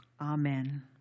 Amen